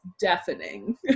deafening